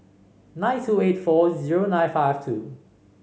nine two eight four zero nine five two